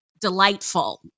delightful